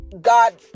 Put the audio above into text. God